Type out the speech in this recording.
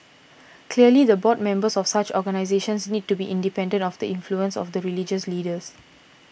clearly the board members of such organisations need to be independent of the influence of the religious leaders